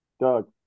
Doug